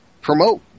promote